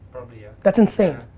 probably yeah. that's insane,